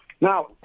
Now